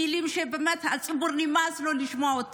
מילים שלציבור נמאס לשמוע,